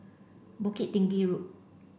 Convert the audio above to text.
Bukit Tinggi Road